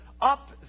up